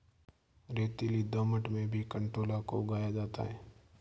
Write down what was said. रेतीली दोमट में भी कंटोला को उगाया जाता है